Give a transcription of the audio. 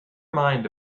mind